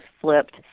Flipped